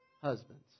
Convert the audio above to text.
husbands